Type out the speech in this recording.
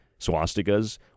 swastikas